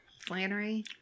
Flannery